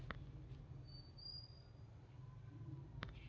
ಪೈರಿನ ಸಾಲಾ ಪ್ರತಿ ಎಕರೆಗೆ ಎಷ್ಟ ಅದ?